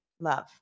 Love